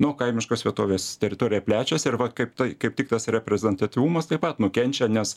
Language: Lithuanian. nu kaimiškos vietovės teritorija plečiasi ir vat kaip tai kaip tik tas reprezentatyvumas taip pat nukenčia nes